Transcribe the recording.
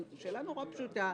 זו שאלה נורא פשוטה,